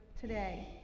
today